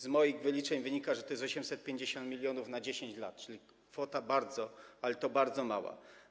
Z moich wyliczeń wynika, że to jest 850 mln na 10 lat, czyli kwota bardzo, ale to bardzo mała.